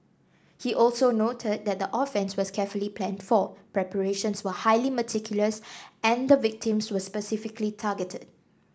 he also noted that the offence was carefully planned for preparations were highly meticulous and the victims were specifically targeted